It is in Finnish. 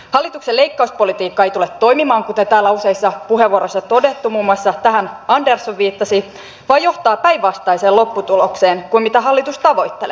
hallituksen leikkauspolitiikka ei tule toimimaan kuten täällä useissa puheenvuoroissa on todettu tähän muun muassa andersson viittasi vaan johtaa päinvastaiseen lopputulokseen kuin mitä hallitus tavoittelee